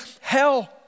hell